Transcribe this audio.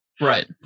right